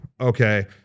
okay